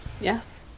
Yes